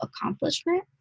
accomplishment